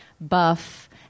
buff